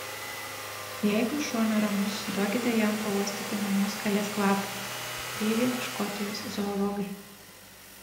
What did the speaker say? jeigu šuo neramus duokite jam pauostyti mamos kalės kvapo teigia škotijos zoologai